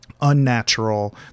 unnatural